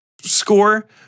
score